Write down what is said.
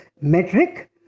metric